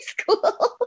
school